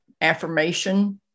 affirmation